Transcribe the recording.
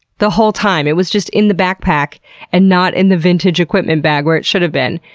the whole time! it was just in the backpack and not in the vintage equipment bag where it should have been.